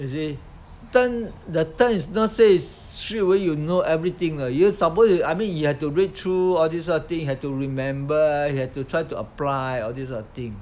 you see term the terms is not say straight away you know everything uh you supposed I mean you have to read through all these sort of thing have to remember have to try to apply all this sort of thing